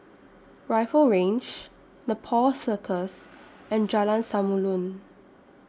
Rifle Range Nepal Circus and Jalan Samulun